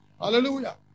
Hallelujah